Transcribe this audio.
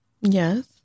yes